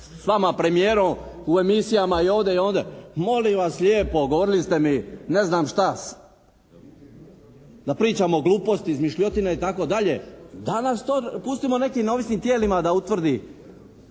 sa vama, s premijerom, u emisijama i ovdje i ondje, molim vas lijepo, govorili ste mi ne znam šta, da pričam gluposti, izmišljotine itd. Danas to pustimo nekim neovisnim tijelima da utvrdi,